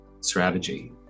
strategy